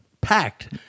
Packed